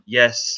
yes